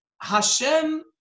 Hashem